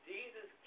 Jesus